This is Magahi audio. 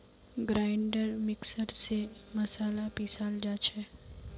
ग्राइंडर मिक्सर स मसाला पीसाल जा छे